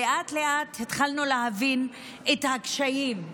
לאט-לאט התחלנו להבין את הקשיים,